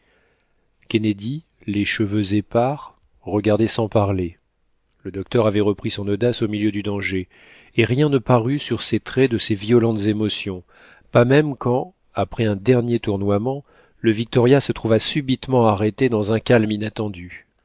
kennedy les cheveux épars regardait sans parler le docteur avait repris son audace au milieu du danger et rien ne parut sur ses traits de ses violentes émotions pas même quand après un dernier tournoiement le victoria se trouva subitement arrêté dans un calme inattendu